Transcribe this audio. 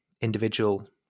individual